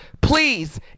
please